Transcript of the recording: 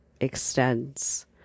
extends